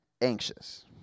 anxious